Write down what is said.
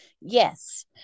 Yes